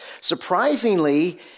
Surprisingly